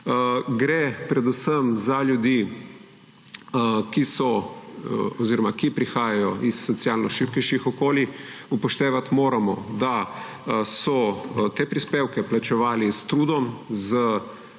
Gre predvsem za ljudi, ki prihajajo iz socialno šibkejših okolij. Upoštevati moramo, da so te prispevke plačevali s trudom, z